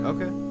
Okay